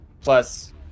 plus